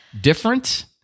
Different